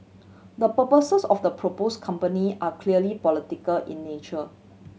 the purposes of the propose company are clearly political in nature